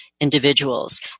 individuals